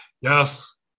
Yes